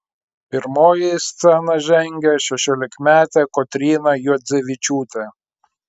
pirmoji į sceną žengė šešiolikmetė kotryna juodzevičiūtė